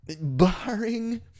Barring